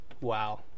wow